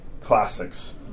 classics